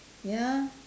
ya